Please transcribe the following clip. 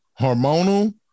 hormonal